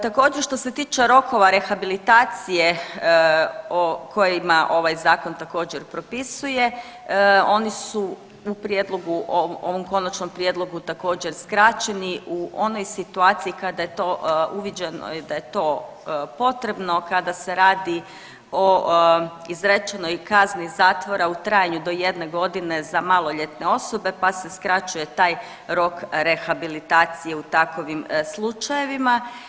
Također što se tiče rokova rehabilitacije o kojima ovaj zakon također propisuje oni su u prijedlogu, ovom konačnom prijedlogu također skraćeni u onoj situaciji kada je to, uviđeno je da je to potrebno, kada se radi o izrečenoj kazni zatvora u trajanju do 1.g. za maloljetne osobe, pa se skraćuje taj rok rehabilitacije u takovim slučajevima.